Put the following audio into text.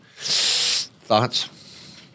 Thoughts